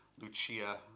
Lucia